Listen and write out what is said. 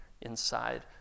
inside